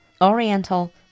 oriental